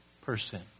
person